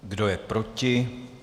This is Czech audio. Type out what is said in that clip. Kdo je proti?